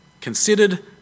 Considered